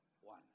One